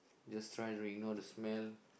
just try to ignore the smell